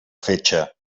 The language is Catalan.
fetge